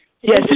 Yes